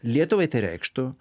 lietuvai tai reikštų